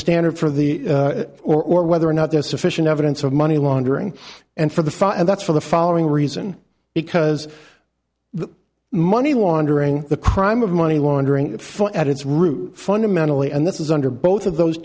standard for the or or whether or not there's sufficient evidence of money laundering and for the and that's for the following reason because the money laundering the crime of money laundering for at its root fundamentally and this is under both of those